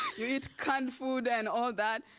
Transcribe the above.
you eat canned food and all that.